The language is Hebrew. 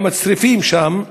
כמה צריפים שם,